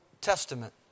Testament